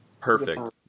perfect